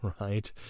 right